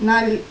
நா:naa